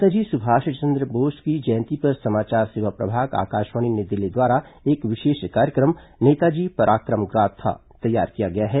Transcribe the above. नेताजी सुंभाषचंद्र बोस की जयंती पर समाचार सेवा प्रभाग आकाशवाणी नई दिल्ली द्वारा एक विशेष कार्यक्रम नेताजी पराक्रम गाथा तैयार किया गया है